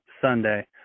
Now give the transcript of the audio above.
Sunday